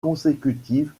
consécutive